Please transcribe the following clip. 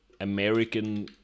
American